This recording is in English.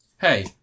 Hey